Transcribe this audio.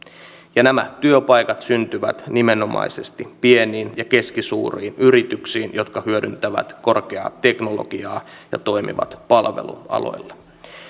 ja nämä työpaikat syntyvät nimenomaisesti pieniin ja keskisuuriin yrityksiin jotka hyödyntävät korkeaa teknologiaa ja toimivat palvelualoilla